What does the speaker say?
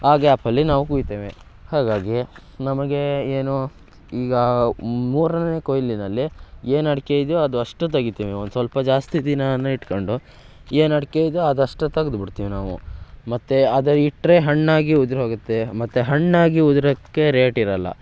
ಆ ಗ್ಯಾಪಲ್ಲಿ ನಾವು ಕುಯ್ತೇವೆ ಹಾಗಾಗಿ ನಮಗೆ ಏನು ಈಗ ಮೂರನೇ ಕೊಯಿಲಿನಲ್ಲಿ ಏನು ಅಡಿಕೆ ಇದೆಯೋ ಅದು ಅಷ್ಟು ತೆಗಿತೀವಿ ಒಂದು ಸ್ವಲ್ಪ ಜಾಸ್ತಿ ದಿನಾನ ಇಟ್ಕೊಂಡು ಏನು ಅಡಿಕೆ ಇದೆಯೋ ಅದಷ್ಟು ತೆಗ್ದ್ಬಿಡ್ತೀವಿ ನಾವು ಮತ್ತೆ ಅದು ಇಟ್ಟರೆ ಹಣ್ಣಾಗಿ ಉದ್ರಿ ಹೋಗುತ್ತೆ ಮತ್ತೆ ಹಣ್ಣಾಗಿ ಉದ್ರೋಕೆ ರೇಟ್ ಇರಲ್ಲ